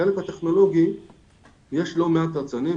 בחלק הטכנולוגי יש לא מעט יצרנים,